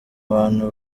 abantu